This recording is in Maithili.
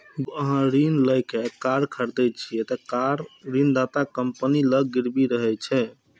जब अहां ऋण लए कए कार खरीदै छियै, ते कार ऋणदाता कंपनी लग गिरवी रहै छै